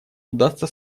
удастся